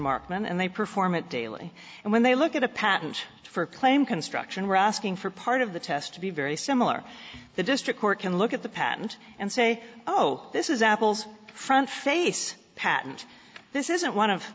marksman and they perform it daily and when they look at a patent for a claim construction we're asking for part of the test to be very similar the district court can look at the patent and say oh this is apple's front face patent this isn't one of